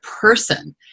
person